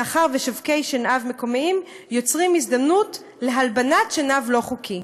מאחר שמשווקי שנהב מקומיים יוצרים הזדמנות להלבנת שנהב לא חוקי.